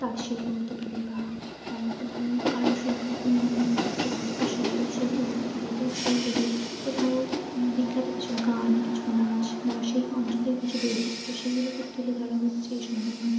তাঁত শিল্প হতে পারে বা কোথাও কারুশিল্প বিভিন্ন ধরনের কাঠের হস্তশিল্প সেগুলো হতে পারে তো সেইগুলো কোথাও বিখ্যাত কিছু গান কিছু নাচ বা সেই অঞ্চলের কিছু বৈচিত্র্য সেইগুলোকে তুলে ধরে হচ্ছে এই সংবাদ মাধ্যম